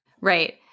Right